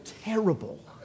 terrible